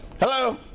Hello